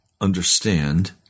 understand